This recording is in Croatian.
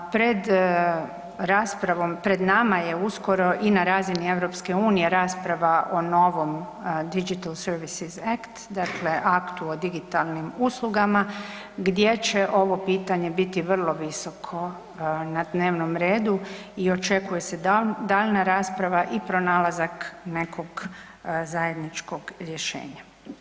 Pred raspravom, pred nama je uskoro i na razini EU rasprava o novom didžitel servis izekt, dakle aktu o digitalnih uslugama gdje će ovo pitanje biti vrlo visoko na dnevnom redu i očekuje se daljnja rasprava i pronalazak nekog zajedničkog rješenja.